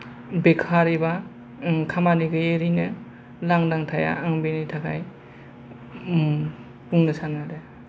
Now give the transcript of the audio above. बेखार एबा खामानि गैयै ओरैनो लांदां थाया आं बेनि थाखाय ओम बुंनो सानो आरो